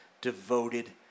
devoted